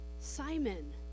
Simon